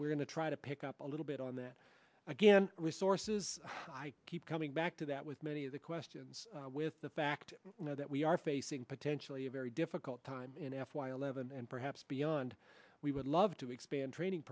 we're going to try to pick up a little bit on that again resources i keep coming back to that with many of the questions with the fact that we are facing potentially a very difficult time in f y eleven and perhaps beyond we would love to expand training